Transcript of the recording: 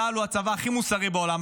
צה"ל הוא הצבא הכי מוסרי בעולם,